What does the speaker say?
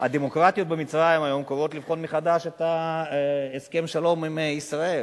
הדמוקרטיות במצרים היום קוראות לבחון מחדש את הסכם השלום עם ישראל.